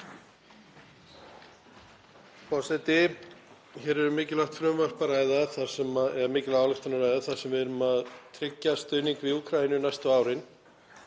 Forseti. Hér er um mikilvæga ályktun að ræða þar sem við erum að tryggja stuðning við Úkraínu næstu árin.